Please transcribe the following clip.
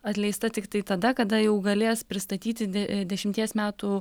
atleista tiktai tada kada jau galės pristatyti dešimties metų